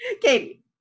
Katie